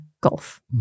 golf